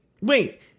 wait